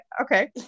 okay